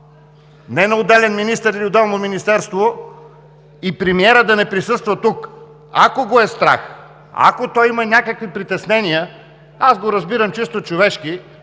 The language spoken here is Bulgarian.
не на отделен министър или отделно министерство, и премиерът да не присъства тук. Ако го е страх, ако той има някакви притеснения, аз го разбирам чисто човешки.